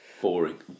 Boring